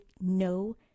no